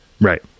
right